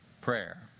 prayer